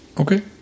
Okay